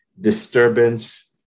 disturbance